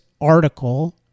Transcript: article